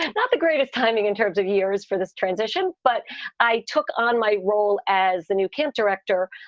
and not the greatest timing in terms of years for this transition. but i took on my role as the new camp director,